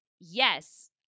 yes